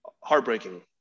heartbreaking